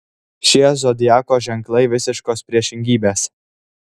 šie zodiako ženklai visiškos priešingybės